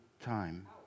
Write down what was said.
time